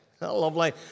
Lovely